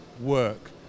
work